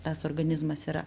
tas organizmas yra